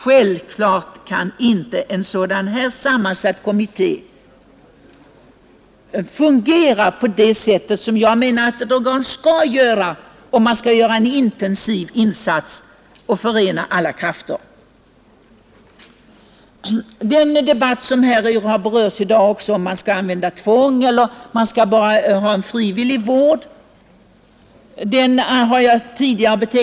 Självfallet kan inte en kommitté med sådan sammansättning fungera på det sätt som krävs för att göra en intensiv insats och förena alla goda krafter. En annan fråga har också berörts i dag, nämligen om man bör använda tvång för att få narkomaner under vård eller om man bör eftersträva frivillig vård.